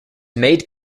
made